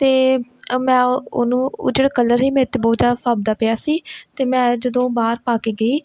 ਅਤੇ ਅ ਮੈਂ ਉਹਨੂੰ ਉਹ ਜਿਹੜੇ ਕਲਰ ਸੀ ਉਹ ਮੇਰੇ 'ਤੇ ਬਹੁਤ ਜ਼ਿਆਦਾ ਫਬਦਾ ਪਿਆ ਸੀ ਜ਼ਿਤੇ ਮੈਂ ਜਦੋਂ ਬਾਹਰ ਪਾ ਕੇ ਗਈ